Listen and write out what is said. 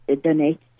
donate